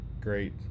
great